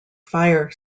fire